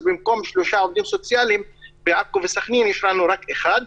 אז במקום שלושה עובדים סוציאליים בעכו ובסח'נין יש לנו רק אחת.